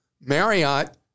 Marriott